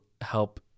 help